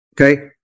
okay